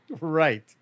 Right